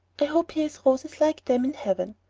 i hope he has roses like them in heaven.